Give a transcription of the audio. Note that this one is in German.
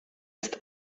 ist